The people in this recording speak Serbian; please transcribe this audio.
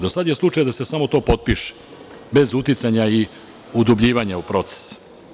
Do sada je slučaj da se samo to potpiše, bez uticanja i udubljivanja u proces.